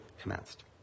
commenced